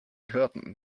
curtain